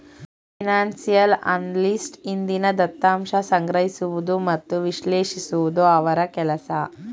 financial analyst ಹಿಂದಿನ ದತ್ತಾಂಶ ಸಂಗ್ರಹಿಸುವುದು ಮತ್ತು ವಿಶ್ಲೇಷಿಸುವುದು ಅವರ ಕೆಲಸ